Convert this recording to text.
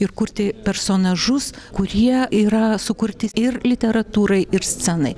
ir kurti personažus kurie yra sukurti ir literatūrai ir scenai